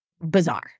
bizarre